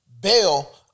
bail